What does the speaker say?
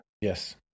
Yes